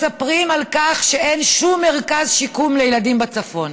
מספרים שאין שום מרכז שיקום לילדים בצפון,